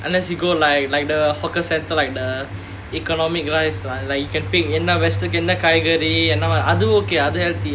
unless you go like like the hawker centre like the economic rice lah like you can pick என்ன காய்கறி அது:enna kaikari adhu okay ah அது:adhu healthy